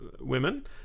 Women